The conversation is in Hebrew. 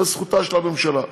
זו זכותה של הממשלה.